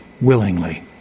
willingly